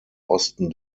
osten